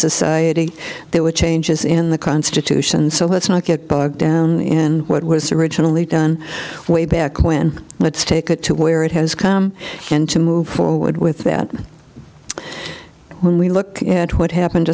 society there were changes in the constitution so let's not get bogged down in what was originally done way back when let's take it to where it has come and to move forward with that when we look at what happened